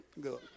Good